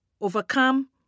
overcome